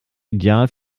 ideal